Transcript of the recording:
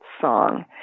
song